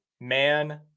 man